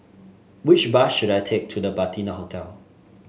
which bus should I take to The Patina Hotel